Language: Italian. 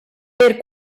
per